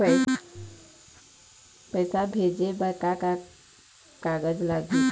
पैसा भेजे बर का का कागज लगही?